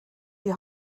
die